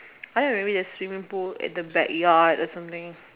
I don't know maybe there's swimming pool at the back yard or something